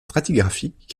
stratigraphiques